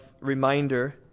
reminder